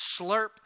slurp